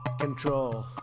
control